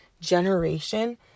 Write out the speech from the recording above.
generation